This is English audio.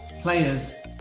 players